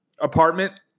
apartment